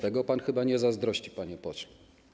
Tego pan chyba nie zazdrości, panie pośle.